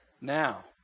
Now